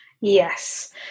Yes